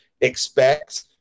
expect